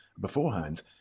beforehand